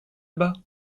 bas